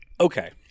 okay